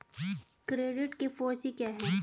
Credit के four C क्या हैं?